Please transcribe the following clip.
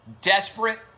desperate